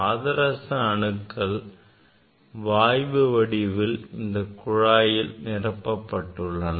பாதரச அணுக்கள் வாயு வடிவில் இந்த குழாயில் நிரப்பப்பட்டுள்ளன